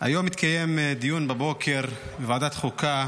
הבוקר התקיים דיון בוועדת חוקה